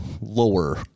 lower